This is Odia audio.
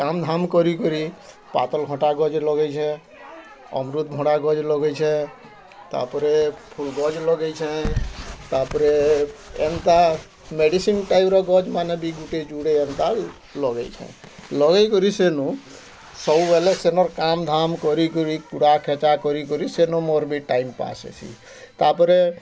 କାମ୍ ଧାମ୍ କରି କରି ପାତଲ୍କଟା ଗଛ ଲଗେଇଛି ଅମୃତଭଣ୍ଡା ଗଛ୍ ଲଗେଇଛେ ତାପରେ ଗଛ୍ ଲଗେଇଛେ ତାପରେ ଏନ୍ତା ମେଡ଼ିସିନ୍ ଟାଇପ୍ର ଗଛମାନ୍ ବି ଗୁଟେ ଜୁଡ଼େ ଏନ୍ତା ଲଗେଇଛେ ଲଗେଇ କରି ସେନୁ ସବୁ ବେଲେ କାମ୍ ଧାମ୍ କରି କୁରି ଖେଚା କରି କରି ସେନୁ ମୋର ଟାଇମ୍ପାସ୍ ହେସି ତାପରେ